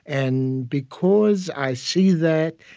and because i see that,